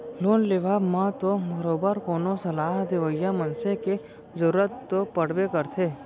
loan लेवब म तो बरोबर कोनो सलाह देवइया मनसे के जरुरत तो पड़बे करथे